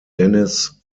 dennis